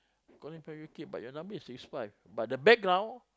calling from U_K but your number is six five but the background